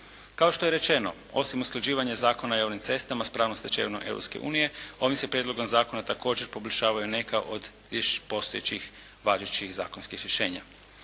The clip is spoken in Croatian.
Kao što je rečeno osim usklađivanja Zakona o javnim cestama s pravnom stečevinom Europske unije, ovim se prijedlogom zakona također poboljšavaju neka od još postojećih važećih zakonskih rješenja.